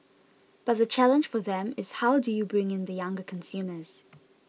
but the challenge for them is how do you bring in the younger consumers